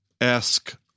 esque